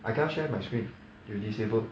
I cannot share my screen you disabled